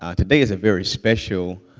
ah today is a very special,